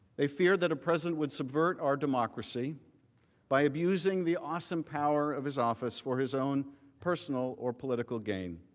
a fear that a president would subvert our democracy by abusing the awesome power of his office for his own personal or political gain.